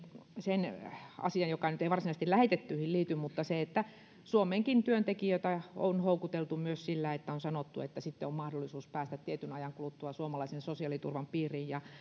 sen asian joka nyt ei varsinaisesti lähetettyihin liity että suomeenkin työntekijöitä on houkuteltu myös sillä että on sanottu että on mahdollisuus päästä tietyn ajan kuluttua suomalaisen sosiaaliturvan piiriin ja